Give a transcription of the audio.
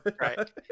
Right